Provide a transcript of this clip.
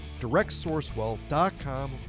directsourcewealth.com